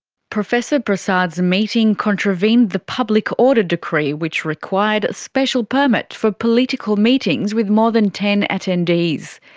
professor prasad's meeting contravened the public order decree which required a special permit for political meetings with more than ten attendees.